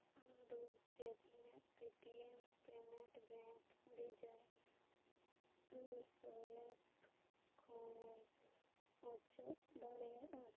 ᱟᱢᱫᱚ ᱪᱮᱫ ᱤᱧᱟᱹᱜ Paytm payment bank ᱵᱤᱡᱟ ᱮᱢ ᱥᱳᱣᱟᱭᱤᱯ ᱠᱷᱚᱱᱮᱢ ᱚᱪᱚᱜ ᱫᱲᱮᱭᱟᱜᱼᱟ